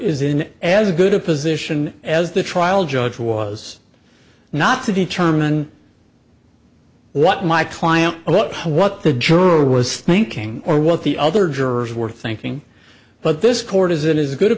in as good a position as the trial judge was not to determine what my client or what what the juror was thinking or what the other jurors were thinking but this court isn't as good a